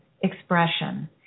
expression